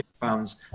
funds